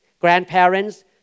grandparents